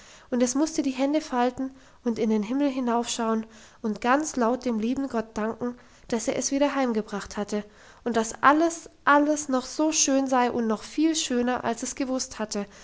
und es musste die hände falten und in den himmel hinaufschauen und ganz laut dem lieben gott danken dass er es wieder heimgebracht hatte und dass alles alles noch so schön sei und noch viel schöner als es gewusst hatte